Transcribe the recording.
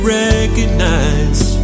recognize